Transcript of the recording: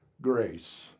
grace